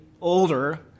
older